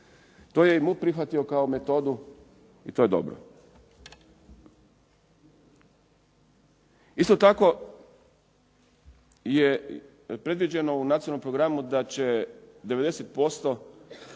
To je i MUP prihvatio kao metodu i to je dobro. Isto tako je predviđeno u nacionalnom programu da će 90%